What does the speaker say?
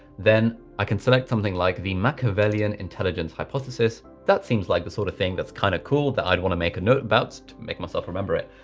then i can select something like the machiavellian intelligence hypothesis. that seems like the sort of thing that's kind of cool that i'd wanna make a note about to make myself remember it.